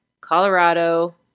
Colorado